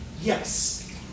Yes